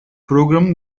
programın